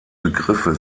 begriffe